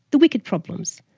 the wicked problems.